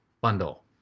bundle